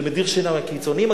זה מדיר שינה מהקיצונים-הקיצונים.